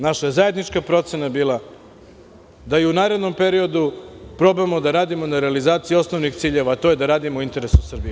Naša je zajednička procena bila da u narednom periodu probamo da radimo na realizaciji osnovnih ciljeva, a to je da radimo u interesu Srbije.